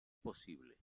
posible